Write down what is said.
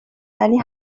ولی